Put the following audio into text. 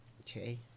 okay